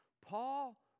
Paul